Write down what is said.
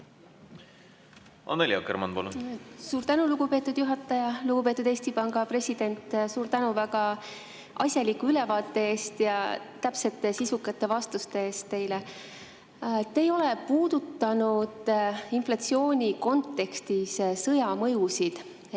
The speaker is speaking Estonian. Suur tänu, lugupeetud juhataja! Lugupeetud Eesti Panga president, suur tänu väga asjaliku ülevaate ning täpsete ja sisukate vastuste eest! Te ei ole puudutanud inflatsiooni kontekstis sõja mõjusid.